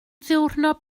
ddiwrnod